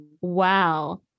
wow